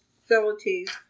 facilities